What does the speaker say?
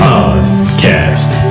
Podcast